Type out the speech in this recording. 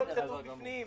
הכול כתוב בפנים.